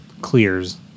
clears